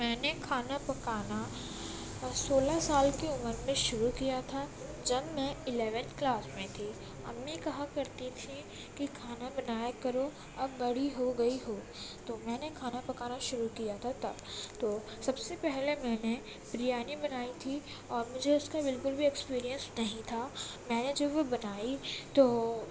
میں نے کھانا پکانا سولہ سال کی عمر میں شروع کیا تھا جب میں الیون کلاس میں تھی امی کہا کرتی تھیں کہ کھانا بنایا کرو اب بڑی ہو گئی ہو تو میں نے کھانا پکانا شروع کیا تھا تب تو سب سے پہلے میں نے بریانی بنائی تھی اور مجھے اس کا بالکل بھی اکسپیرئنس نہیں تھا میں نے جب وہ بنائی تو